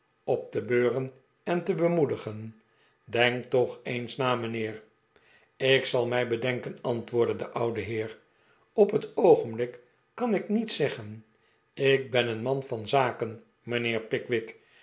op te beuren en te bemoedigen denk toch eens na mijnheer ik zal mij bedenken antwoordde de oude heer op het oogenblik kan ik niets zeggen ik ben een man van zaken mijnheer pickwick